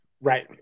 right